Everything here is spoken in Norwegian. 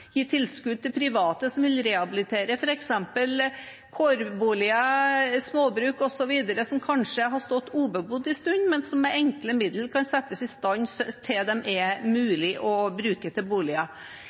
private som vil rehabilitere f.eks. kårboliger, småbruk osv. som kanskje har stått ubebodd en stund, men som med enkle midler kan settes i stand til de er mulig å bruke til